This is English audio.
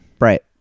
Right